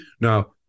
Now